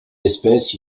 espèces